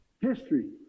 History